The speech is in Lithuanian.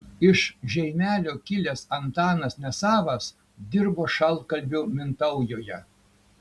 iš žeimelio kilęs antanas nesavas dirbo šaltkalviu mintaujoje